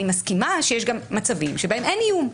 אני מסכימה שיש גם מצבים שבהם אין איום,